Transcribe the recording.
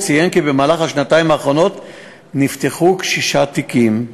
הוא ציין כי בשנתיים האחרונות נפתחו שישה תיקים,